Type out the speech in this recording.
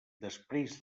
després